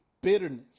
bitterness